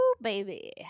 baby